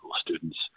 students